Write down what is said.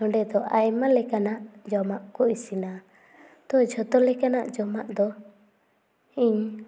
ᱱᱚᱸᱰᱮ ᱫᱚ ᱟᱭᱢᱟ ᱞᱮᱠᱟᱱᱟᱜ ᱡᱚᱢᱟᱜ ᱠᱚ ᱤᱥᱤᱱᱟ ᱛᱚ ᱡᱷᱚᱛᱚ ᱞᱮᱠᱟᱱᱟᱜ ᱡᱚᱢᱟᱜ ᱫᱚ ᱤᱧ